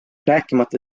rääkimata